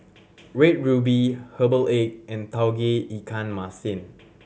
Red Ruby herbal egg and Tauge Ikan Masin